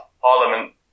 Parliament